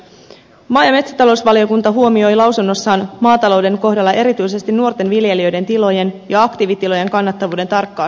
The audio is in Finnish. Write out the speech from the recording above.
maa ja metsätalousvaliokunta huomioi lausunnossaan maatalouden kohdalla erityisesti nuorten viljelijöiden tilojen ja aktiivitilojen kannattavuuden tarkkaa seuraamista